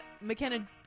mckenna